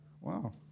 Wow